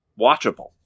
watchable